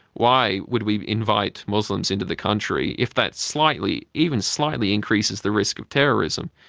why would we invite muslims into the country if that slightly, even slightly increases the risk of terrorism,